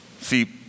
See